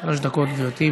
2017. שלוש דקות, גברתי.